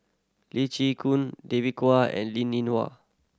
Lee Chin Koon David Kwo and Linn In Hua